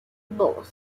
dos